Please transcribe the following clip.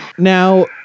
Now